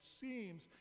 seems